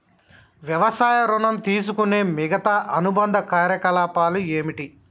వ్యవసాయ ఋణం తీసుకునే మిగితా అనుబంధ కార్యకలాపాలు ఏమిటి?